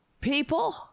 People